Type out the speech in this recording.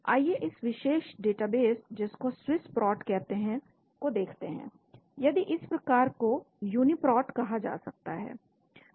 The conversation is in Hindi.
आइए इस विशेष डेटाबेस जिसको स्विस्प्रोट कहते हैं को देखते हैं यदि इस प्रकार को यूनिप्रोट कहा जा सकता है